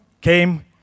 came